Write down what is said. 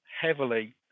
heavily